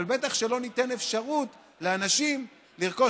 אבל בטח לא שלא ניתן אפשרות לאנשים לרכוש